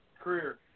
career